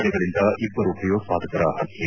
ಪಡೆಗಳಿಂದ ಇಬ್ಬರು ಭಯೋತ್ಸಾದಕರ ಹತ್ತ್ವೆ